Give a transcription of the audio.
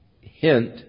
hint